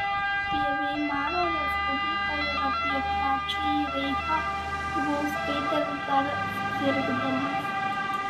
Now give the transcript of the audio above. apie veimaro respubliką ir apie trečiąjį reichą buvau skaitęs dar sirgdamas